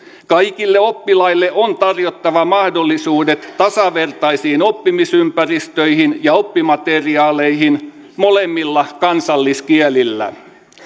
kaikille oppilaille on tarjottava mahdollisuudet tasavertaisiin oppimisympäristöihin ja oppimismateriaaleihin molemmilla kansalliskielillä